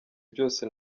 byose